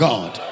God